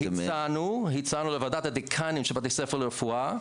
הצענו לוועדת הדיקנים של בתי ספר לרפואה.